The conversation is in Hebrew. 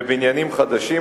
בבניינים חדשים,